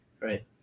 right